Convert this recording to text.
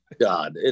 God